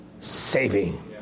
saving